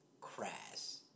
crass